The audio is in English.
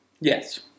Yes